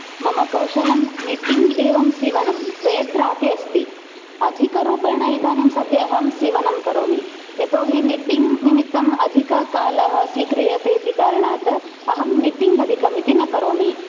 मम कौशलं निट्टिङ्ग् एवं सीवनं द्वयत्रापि अस्ति अधिकरूपेण इदानीं सद्यः अहं सीवनं करोमि यतोहि निट्टिङ्ग् निमित्तम् अधिककालः स्वीक्रियते इति कारणात् अहं निट्टिङ्ग् अधिकमिति न करोमि